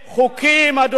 חוקים, אבל, זה שלכם.